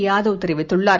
யாதவ் தெரிவித்துள்ளார்